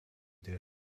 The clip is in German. der